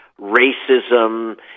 racism